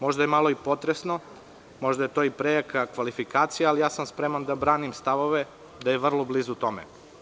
Možda je malo i potresno, možda je to i prejaka kvalifikacija, ali sam spreman da branim stavove da je vrlo blizu tome.